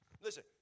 Listen